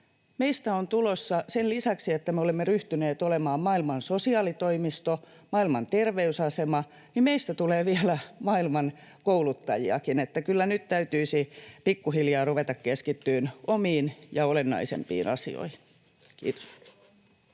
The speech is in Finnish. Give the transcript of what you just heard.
ulkopuolelta. Sen lisäksi, että me olemme ryhtyneet olemaan maailman sosiaalitoimisto ja maailman ter-veysasema, meistä tulee vielä maailman kouluttajiakin. Kyllä nyt täytyisi pikkuhiljaa ruveta keskittymään omiin ja olennaisempiin asioihin. — Kiitos.